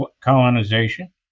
colonization